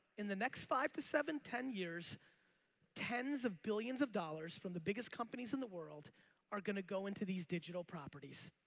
in the next five to seven, ten years tens of billions of dollars from the biggest companies in the world are going to go into these digital properties.